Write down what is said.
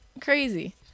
crazy